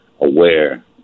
aware